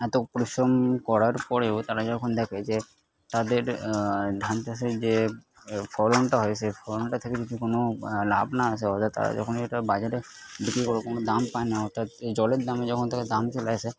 এত পরিশ্রম করার পরেও তারা যখন দেখে যে তাদের ধান চাষের যে ফলনটা হয় সেই ফলনটা থেকে কিছু কোনো লাভ না আসে অর্থাৎ তারা যখনি এটা বাজারে বিক্রি করেও কোনো দাম পায় না অর্থাৎ এই জলের দামে যখন থেকে দাম চলে আসে